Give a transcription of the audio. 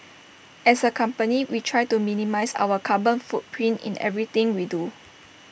as A company we try to minimise our carbon footprint in everything we do